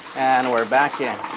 and we're back in.